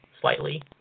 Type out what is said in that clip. slightly